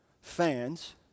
fans